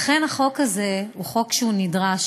לכן החוק הזה הוא חוק נדרש.